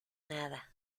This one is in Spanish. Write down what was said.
nada